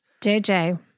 JJ